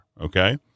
Okay